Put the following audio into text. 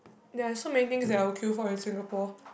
there're so many things that I would queue for in Singapore